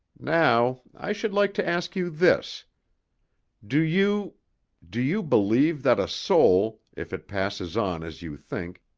now, i should like to ask you this do you do you believe that a soul, if it passes on as you think,